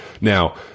Now